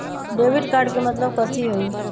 Debit card के मतलब कथी होई?